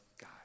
God